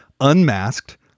unmasked